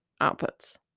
outputs